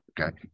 Okay